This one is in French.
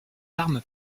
armes